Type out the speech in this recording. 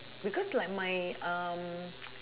because like my um